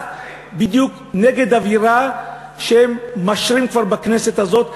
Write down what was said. בדיוק נגד אווירה שהן משרות כבר בכנסת הזאת.